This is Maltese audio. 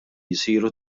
jsiru